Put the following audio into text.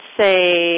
say